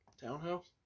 Townhouse